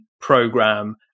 program